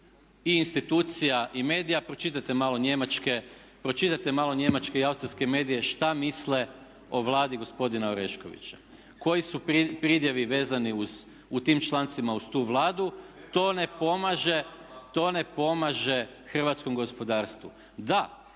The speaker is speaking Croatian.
i institucija i medija pročitajte malo njemačke i austrijske medije šta misle o Vladi gospodina Oreškovića, koji su pridjevi vezani u tim člancima uz tu Vladu. To ne pomaže hrvatskom gospodarstvu. Da,